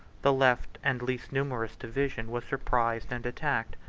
the left, and least numerous, division was surprised, and attacked,